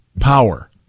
power